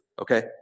Okay